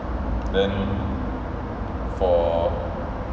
then for